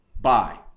bye